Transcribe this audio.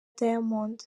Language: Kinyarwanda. diamond